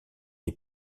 est